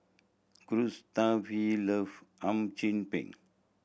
Gustave love Hum Chim Peng